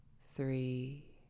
three